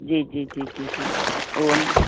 जी जी जी जी जी उहो